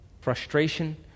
frustration